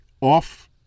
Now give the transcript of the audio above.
off